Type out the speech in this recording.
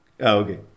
okay